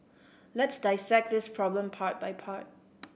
let's dissect this problem part by part